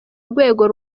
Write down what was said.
rwego